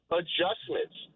adjustments